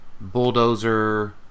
Bulldozer